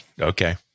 Okay